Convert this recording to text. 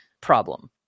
problem